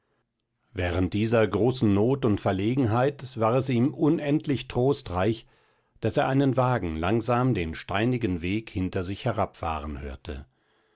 während dieser großen not und verlegenheit war es ihm unendlich trostreich daß er einen wagen langsam den steinigen weg hinter sich herabfahren hörte